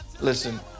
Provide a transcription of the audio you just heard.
Listen